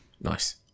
Nice